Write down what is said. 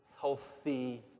healthy